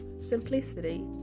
simplicity